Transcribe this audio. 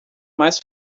mais